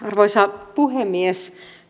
arvoisa puhemies